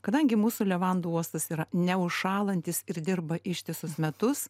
kadangi mūsų levandų uostas yra neužšąlantis ir dirba ištisus metus